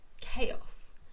chaos